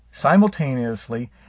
simultaneously